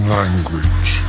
language